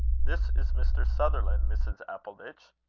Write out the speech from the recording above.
this is mr. sutherland, mrs. appleditch.